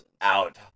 out